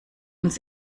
uns